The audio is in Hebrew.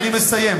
עוד לא תם הדיון.